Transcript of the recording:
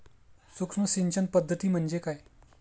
सूक्ष्म सिंचन पद्धती म्हणजे काय?